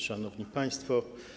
Szanowni Państwo!